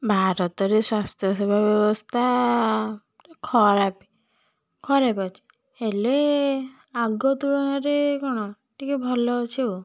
ଭାରତରେ ସ୍ୱାସ୍ଥ୍ୟସେବା ବ୍ୟବସ୍ଥା ଖରାପ ଖରାପ ଅଛି ହେଲେ ଆଗ ତୁଳନାରେ କ'ଣ ଟିକିଏ ଭଲଅଛି ଆଉ